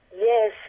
Yes